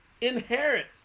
inherit